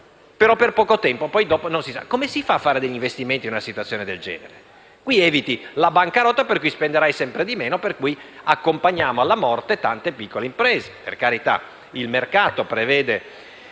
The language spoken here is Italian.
ma per poco tempo, dopo non si sa. Come si possono fare degli investimenti in una situazione del genere? Si evita la bancarotta, per cui si spenderà sempre di meno, pertanto accompagniamo alla morte tante piccole imprese. Per carità, la dura legge